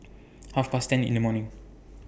Half Past ten in The morning